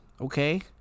okay